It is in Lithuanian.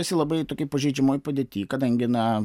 esi labai tokioj pažeidžiamoj padėty kadangi na